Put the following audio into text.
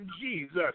Jesus